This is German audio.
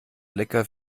lecker